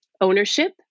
ownership